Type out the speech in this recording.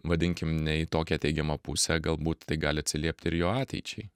vadinkim ne į tokią teigiamą pusę galbūt tai gali atsiliept ir jo ateičiai